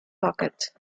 pocket